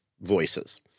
voices